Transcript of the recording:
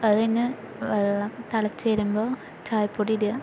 അതു കഴിഞ്ഞ് വെള്ളം തിളച്ച് വരുമ്പോൾ ചായപ്പൊടി ഇടുക